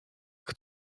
jak